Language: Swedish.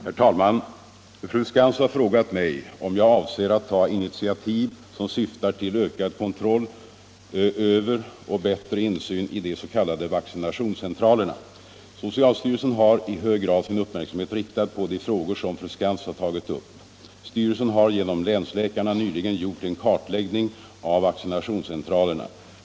Herr talman! Fru Skantz har frågat mig om jag avser att ta initiativ som syftar till ökad kontroll över och bättre insyn i de s.k. vaccinationscentralerna. Socialstyrelsen har i hög grad sin uppmärksamhet riktad på de frågor som fru Skantz har tagit upp. Styrelsen har genom länsläkarna nyligen gjort en kartläggning av vaccinationscentralerna.